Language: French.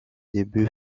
début